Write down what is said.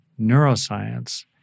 neuroscience